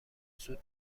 زود